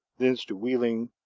thence to wheeling,